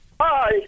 Hi